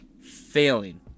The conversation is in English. failing